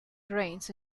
grains